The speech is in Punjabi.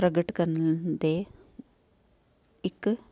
ਪ੍ਰਗਟ ਕਰਨ ਦੇ ਇੱਕ